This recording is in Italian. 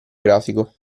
grafico